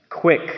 Quick